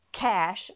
cash